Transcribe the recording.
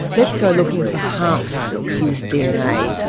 let's go looking for half his dna,